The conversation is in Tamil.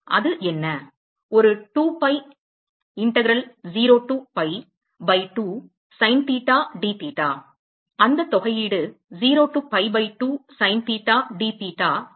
அது என்ன ஒரு 2 pi integral 0 to pi by 2 sin theta d theta அந்த தொகையீடு 0 to pi by 2 sin theta d theta என்ன